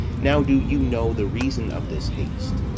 now do you know the reason of this haste.